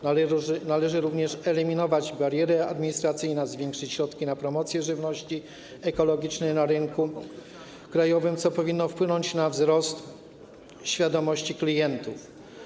Należy również eliminować bariery administracyjne, zwiększyć środki na promocję żywności ekologicznej na rynku krajowym, co powinno wpłynąć na wzrost świadomości klientów.